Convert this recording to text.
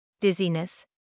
Dizziness